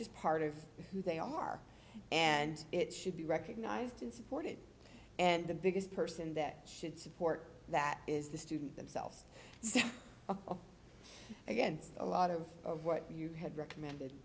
just part of who they are and it should be recognised and supported and the biggest person that should support that is the student themselves so against a lot of what you had recommended